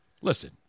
Listen